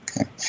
Okay